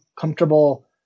comfortable